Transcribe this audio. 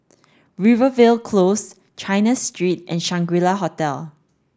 Rivervale Close China Street and Shangri La Hotel